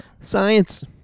science